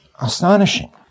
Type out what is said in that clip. Astonishing